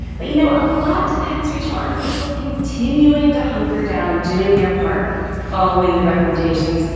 but, you know, a lot depends, rachel, on people continuing to hunker down, doing their part following the recommendations.